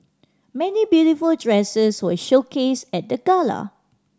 many beautiful dresses were showcased at the gala